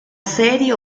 serie